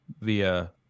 via